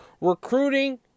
Recruiting